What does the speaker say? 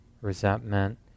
resentment